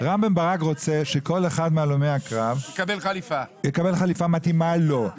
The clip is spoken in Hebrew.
רם בן ברק רוצה שכל אחד מהלומי הקרב יקבל חליפה המתאימה לו,